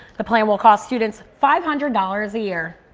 the plan will cost students five-hundred dollars a year.